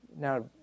Now